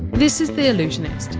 this is the allusionist,